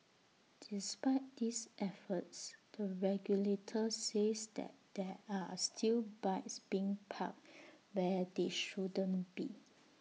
despite these efforts the regulator says there there are still bikes being parked where they shouldn't be